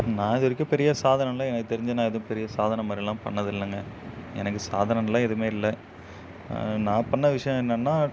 நான் இதுவரைக்கும் பெரிய சாத்னைன்லாம் எனக்குத் தெரிஞ்சு நான் எதுவும் பெரிய சாதனை மாதிரிலாம் பண்ணதில்லைங்க எனக்கு சாதனைன்லாம் எதுவுமே இல்லை நான் பண்ண விஷயம் என்னென்னா